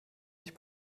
sich